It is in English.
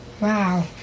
Wow